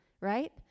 right